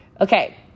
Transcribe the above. Okay